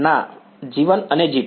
ના G1 અને G2